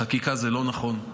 בחקיקה זה לא נכון,